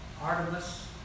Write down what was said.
Artemis